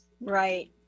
Right